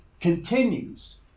continues